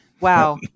Wow